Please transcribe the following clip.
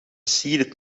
seated